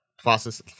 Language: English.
fastest